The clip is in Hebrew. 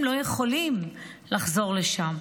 והם לא יכולים לחזור לשם.